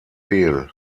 fehl